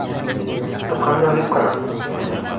ᱫᱚᱠᱟᱱ ᱫᱚ ᱦᱩᱭᱩᱜ ᱠᱟᱱᱟ